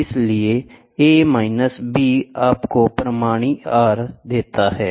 इसलिए A minus B आपको परिणामी R देता है